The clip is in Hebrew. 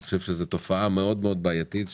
אני חושב שזה תופעה בעייתית מאוד,